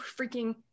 freaking